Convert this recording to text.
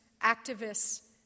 activists